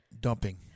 dumping